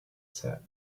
said